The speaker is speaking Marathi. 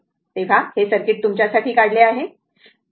तर हे सर्किट तुमच्यासाठी काढले आहे